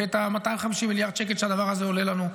ואת 250 מיליארד השקלים שהדבר הזה עולה לנו.